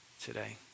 today